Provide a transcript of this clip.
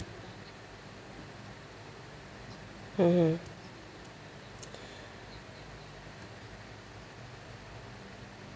mmhmm